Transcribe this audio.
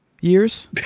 years